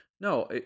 No